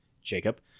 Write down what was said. Jacob